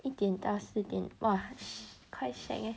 一点到四点 !wah! quite shag leh